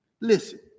Listen